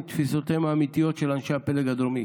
לתפיסותיהם האמיתיות של אנשי הפלג הדרומי